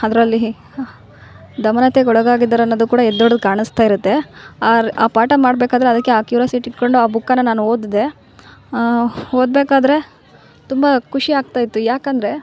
ಅದರಲ್ಲಿ ದಮನತೆಗೆ ಒಳಗಾಗಿದ್ದಾರೆ ಅನ್ನೋದು ಕೂಡ ಎದ್ದೋಡು ಕಾಣಸ್ತ ಇರತ್ತೆ ಆ ಪಾಠ ಮಾಡ್ಬೇಕಾದರೆ ಅದಕ್ಕೆ ಆ ಕ್ಯೂರ್ಯಾಸಿಟಿ ಇಡ್ಕೊಂಡು ಆ ಬುಕ್ನ ನಾನು ಓದ್ದೆ ಓದ್ಬೇಕಾದರೆ ತುಂಬಾ ಖುಷಿಯಾಗ್ತ ಇತ್ತು ಯಾಕಂದರೆ